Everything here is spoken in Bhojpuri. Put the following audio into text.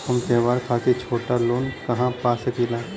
हम त्योहार खातिर छोटा लोन कहा पा सकिला?